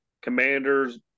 Commanders